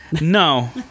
No